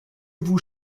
vous